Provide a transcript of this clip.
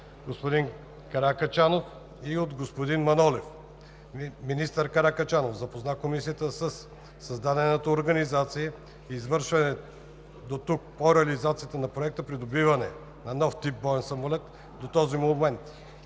господин Каракачанов и господин Манолев. Министър Каракачанов запозна Комисията със създадената организация и извършеното по реализацията на Проекта за придобиване на нов тип боен самолет до този момент.